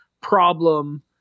problem